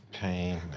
Pain